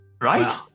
Right